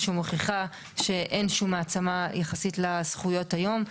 שמוכיחה שאין שום העצמה יחסית לזכויות היום,